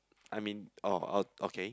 I mean orh uh okay